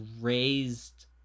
raised